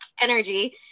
energy